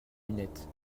lunettes